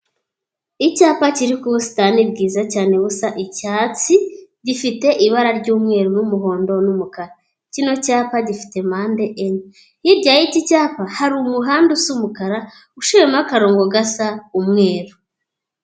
Icyapa kiri ku busitani bwiza cyane busa icyatsi gifite ibara ry'umweru n'umuhondo n'umukara. Kino cyapa gifite mpande enye hirya y'iki cyapa hari umuhanda usa umukara uciramo akarongo gasa umweru.